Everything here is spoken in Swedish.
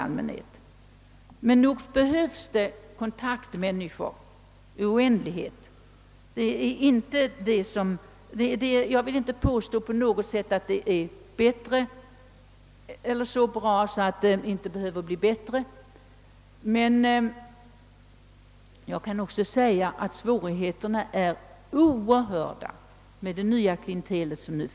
Men det är sant, att det behövs kontaktmänniskor i oändlighet — allt är inte så bra att det inte behöver bli bättre. Svårigheterna är i dag oerhörda, med det nya klientelet.